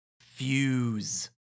Fuse